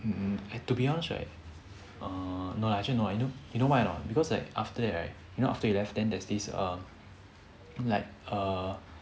mm to be honest right err no lah actually no ah you know why or not because a~ after that right you know after you left then there's this err like err